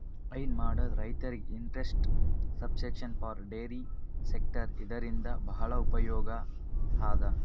ಹೈನಾ ಮಾಡದ್ ರೈತರಿಗ್ interest subvention for dairy sector ಇದರಿಂದ್ ಭಾಳ್ ಉಪಯೋಗ್ ಅದಾ